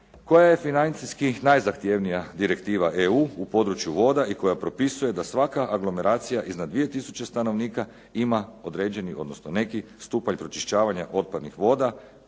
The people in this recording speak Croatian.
koja je financijski najzahtjevnija direktiva EU u području voda i koja propisuje da svaka aglomeracija iznad 2000 stanovnika ima određeni, odnosno neki stupanj pročišćavanja otpadnih voda